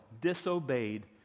disobeyed